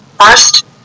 First